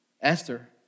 Esther